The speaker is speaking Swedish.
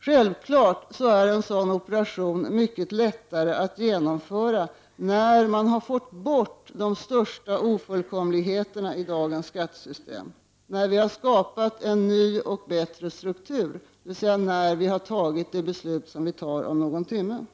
Självfallet är en sådan operation mycket lättare att genomföra när de värsta oformligheterna i dagens skattesystem har tagits bor: och när vi har skapat en ny och bättre struktur, dvs. när vi har fattat det beslut som vi fattar om någon timme.